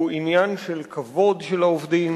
הוא עניין של כבוד של העובדים,